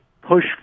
push